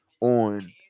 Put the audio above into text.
on